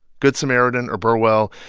good samaritan or burwell,